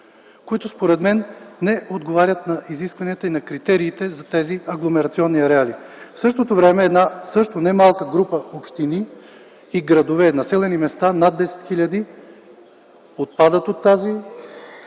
които, според мен, не отговарят на изискванията и на критериите за тези агломерационни ареали. В същото време една немалка група общини и градове, населени места с над 10 хил. жители, отпадат от тази